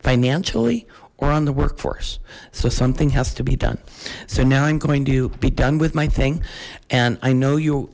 financially or on the work force so something has to be done so now i'm going to be done with my thing and i know you